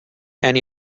and